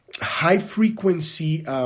high-frequency